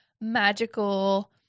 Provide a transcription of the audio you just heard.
magical